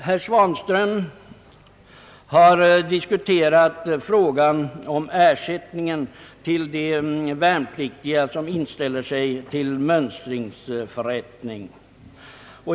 Herr Svanström har diskuterat frågan om ersättningen till de värnpliktiga som inställer sig till mönstringsförrättning.